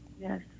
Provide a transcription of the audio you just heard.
Yes